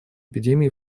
эпидемии